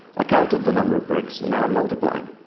counted the number of bricks and now i'm multiplying.